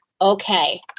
okay